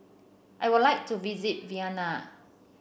I would like to visit Vienna